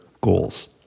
goals